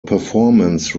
performance